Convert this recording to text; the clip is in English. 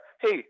hey